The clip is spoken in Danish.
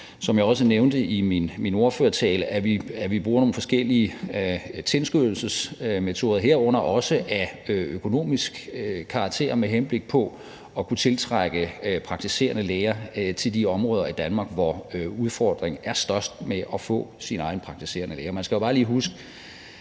som jeg også nævnte i min ordførertale, at vi bruger nogle forskellige tilskyndelsesmetoder, herunder også af økonomisk karakter med henblik på at kunne tiltrække praktiserende læger til de områder af Danmark, hvor udfordringen med at få sin egen praktiserende læge er størst. Man skal jo bare lige huske: